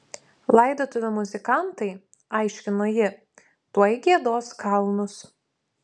laidotuvių muzikantai aiškino ji tuoj giedos kalnus